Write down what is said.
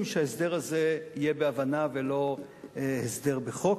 שההסדר הזה יהיה בהבנה ולא הסדר בחוק.